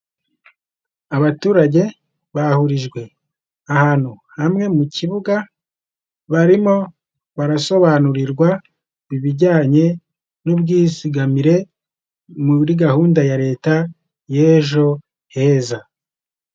Abaturage bahurijwe ahantu hamwe mu kibuga, barimo barasobanurirwa ibijyanye n'ubwizigamire muri gahunda ya leta ya Ejo heza.